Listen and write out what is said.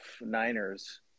Niners